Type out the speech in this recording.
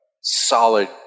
solid